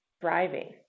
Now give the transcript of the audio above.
thriving